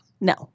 No